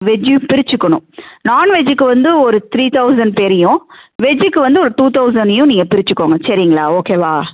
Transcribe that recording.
வெஜ்ஜையும் பிரிச்சுக்கணும் நான்வெஜ்ஜூக்கு வந்து ஒரு த்ரீ தௌசண்ட் பேரையும் வெஜ்ஜுக்கு வந்து ஒரு டூ தௌசண்ட்னையும் நீங்கள் பிரிச்சுக்கோங்க சரிங்களா ஓகேவா